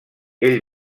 ell